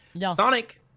sonic